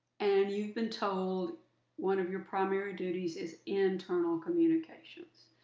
and you've been told one of your primary duties is internal communications.